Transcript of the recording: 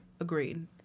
Agreed